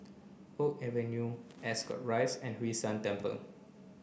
Oak Avenue Ascot Rise and Hwee San Temple